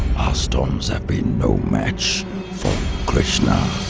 ah storms have been no match for krishna.